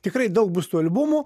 tikrai daug bus tų albumų